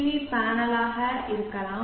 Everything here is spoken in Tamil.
வி பேனலாக இருக்கலாம்